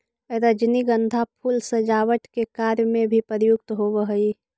रजनीगंधा फूल सजावट के कार्य में भी प्रयुक्त होवऽ हइ